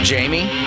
Jamie